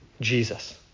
Jesus